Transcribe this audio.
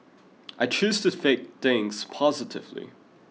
I choose to fake things positively